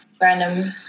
random